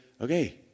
okay